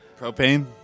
Propane